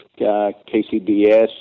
KCBS